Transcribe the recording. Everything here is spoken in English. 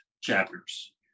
chapters